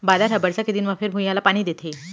बादर ह बरसा के दिन म फेर भुइंया ल पानी देथे